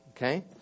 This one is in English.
Okay